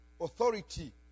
authority